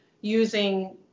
using